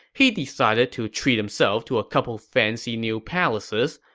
he decided to treat himself to a couple fancy new palaces,